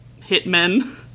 hitmen